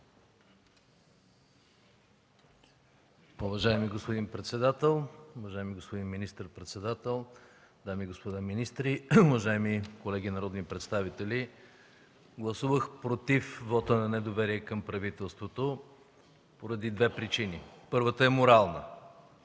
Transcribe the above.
Уважаеми господин председател, уважаеми господин министър-председател, дами и господа министри, уважаеми колеги народни представители! Гласувах против вота на недоверие към правителството поради две причини. Първата е морална.